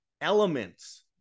elements